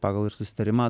pagal ir susitarimą